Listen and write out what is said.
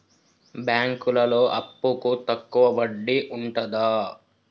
బ్యాంకులలో అప్పుకు తక్కువ వడ్డీ ఉంటదా?